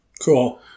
Cool